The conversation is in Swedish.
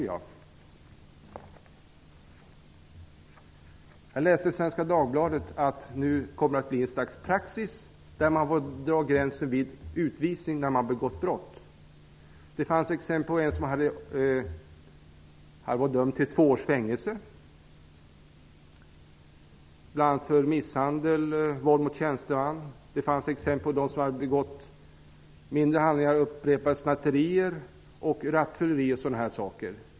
Jag läste i Svenska Dagbladet att det nu kommer att bli ett slags praxis i fråga om var gränsen för utvisning skall dras när man har begått brott. Det fanns exempel på en som var dömd till två års fängelse, bl.a. för misshandel och våld mot tjänsteman. Det fanns exempel på de som hade begått mindre brott; det handlade t.ex. om upprepade snatterier och rattfyllerier.